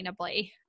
sustainably